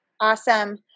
Awesome